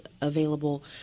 available